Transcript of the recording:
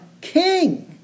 king